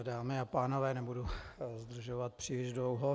Dámy a pánové, nebudu zdržovat příliš dlouho.